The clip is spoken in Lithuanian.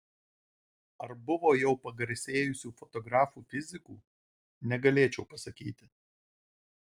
ar buvo jau pagarsėjusių fotografų fizikų negalėčiau pasakyti